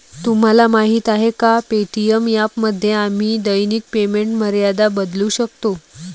तुम्हाला माहीत आहे का पे.टी.एम ॲपमध्ये आम्ही दैनिक पेमेंट मर्यादा बदलू शकतो?